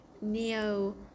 neo